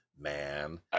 Man